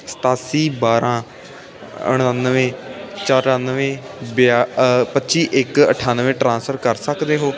ਸਤਾਸੀ ਬਾਰਾਂ ਉਣਾਨਵੇਂ ਚੁਰਾਨਵੇਂ ਬਿਆ ਪੱਚੀ ਇੱਕ ਅਠਾਨਵੇਂ ਟ੍ਰਾਂਸਫਰ ਕਰ ਸਕਦੇ ਹੋ